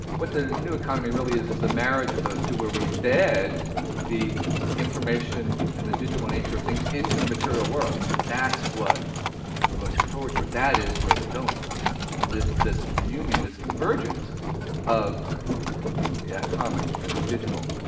what the new economy really is is the marriage of those two, where we embed the information, and the digital nature of things into the material world. that's what we're looking forward to. that is where we're going this this union, this convergence of the atomic and the digital.